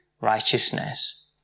righteousness